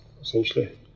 essentially